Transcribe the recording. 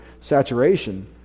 saturation